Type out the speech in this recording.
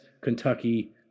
Kentucky